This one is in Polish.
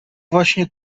właśnie